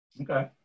Okay